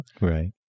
Right